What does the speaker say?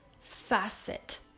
facet